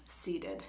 seated